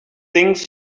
thinks